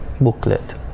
Booklet